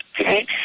Okay